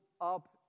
up